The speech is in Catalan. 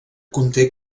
conté